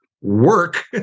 work